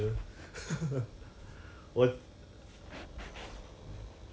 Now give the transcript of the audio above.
err like if I ask you now if there's a vaccine available lah